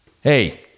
Hey